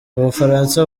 ubufaransa